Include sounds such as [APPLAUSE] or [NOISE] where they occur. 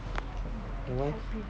[NOISE]